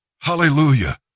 Hallelujah